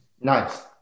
nice